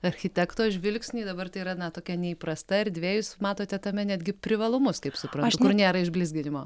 architekto žvilgsnį dabar tai yra na tokia neįprasta erdvė jūs matote tame netgi privalumus kaip suprantu kur nėra išblizginimo